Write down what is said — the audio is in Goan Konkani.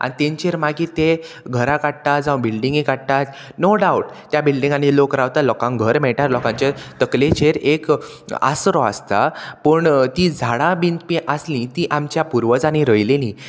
आनी तेंचेर मागीर ते घरा काडटा जावं बिल्डींगे काडटात नो डावट त्या बिल्डींगांनी लोक रावता लोकांक घर मेळटा लोकांचे तकलेचेर एक आसरो आसता पूण ती झाडां बीन ती आसली ती आमच्या पुर्वजांनी रोयलेली